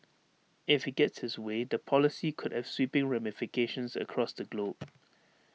if he gets his way the policy could have sweeping ramifications across the globe